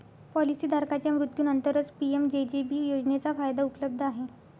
policy धारकाच्या मृत्यूनंतरच PMJJB योजनेचा फायदा उपलब्ध आहे